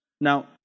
Now